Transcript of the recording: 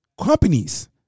companies